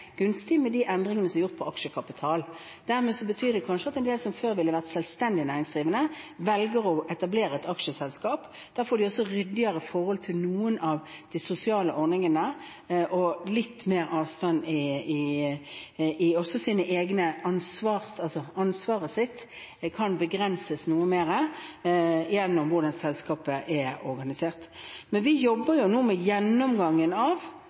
på aksjekapital. Det betyr kanskje at en del som før ville vært selvstendig næringsdrivende, velger å etablere et aksjeselskap. Da får de også ryddigere forhold til noen av de sosiale ordningene, og ansvaret deres kan begrenses noe mer gjennom måten selskapet er organisert på. Vi jobber nå med gjennomgangen av